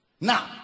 Now